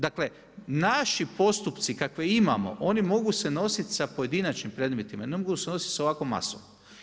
Dakle, naši postupci, kakve imamo, oni mogu se nositi sa pojedinačnim predmetima, ne mogu se nositi sa ovakvom masom.